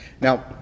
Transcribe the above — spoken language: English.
Now